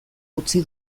utzi